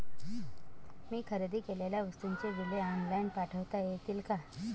मी खरेदी केलेल्या वस्तूंची बिले ऑनलाइन पाठवता येतील का?